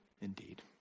indeed